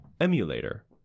emulator